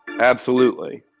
absolutely.